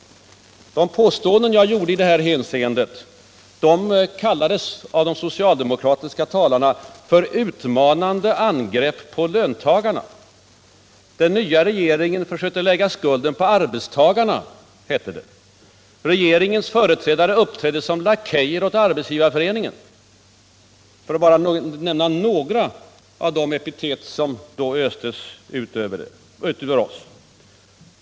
De påståenden jag gjorde i detta hänseende kallades av de socialdemokratiska talarna för utmanande angrepp på löntagarna. Den nya regeringen försökte lägga skulden på arbetstagarna, hette det. Regeringens företrädare uppträdde som lakejer åt Arbetsgivareföreningen — detta för att bara nämna några av de epitet som då östes över Oss.